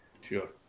Sure